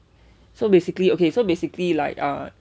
so basically okay so basically like ah